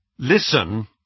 Listen